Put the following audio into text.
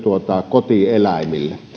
kotielämille